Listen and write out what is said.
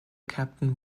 captain